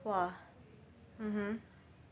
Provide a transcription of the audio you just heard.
!wah! mmhmm